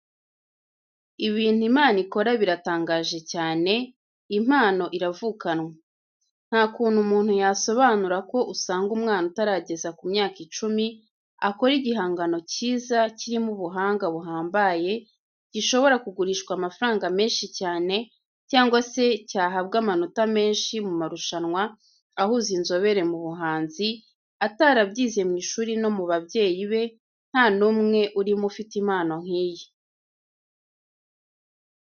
Ibintu Imana ikora biratangaje cyane, impano iravukanwa! Nta kundi umuntu yasobanura ko usanga umwana utarageza ku myaka icumi, akora igihangano cyiza, kirimo ubuhanga buhambaye, gishobora kugurishwa amafaranga menshi cyane cyangwa se cyahabwa amanota menshi mu marushanwa ahuza inzobere mu buhanzi, atarabyize mu ishuri no mu babyeyi be nta n'umwe urimo ufite impano nk'iyi.